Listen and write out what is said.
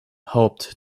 hoped